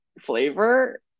flavor